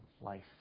life